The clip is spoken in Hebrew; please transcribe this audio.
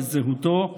בזהותו,